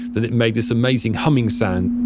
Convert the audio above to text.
that it made this amazing humming sound